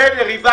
בסדר, הבנתי.